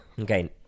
Okay